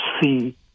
see